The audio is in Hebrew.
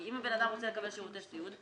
כי אם הבן אדם רוצה לקבל שירותי סיעוד,